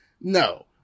No